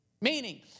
Meaning